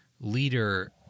leader